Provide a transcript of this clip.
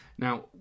Now